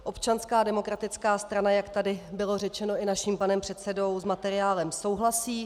Občanská demokratická strana, jak tady bylo řečeno i naším panem předsedou, s materiálem souhlasí.